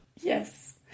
Yes